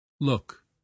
Look